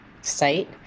site